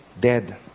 dead